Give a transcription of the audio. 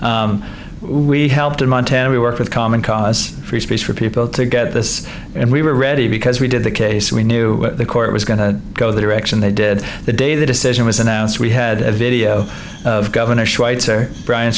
we helped in montana we worked with common cause free speech for people to get this and we were ready because we did the case we knew the court was going to go the direction they did the day the decision was announced we had a video of